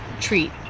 treat